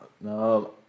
no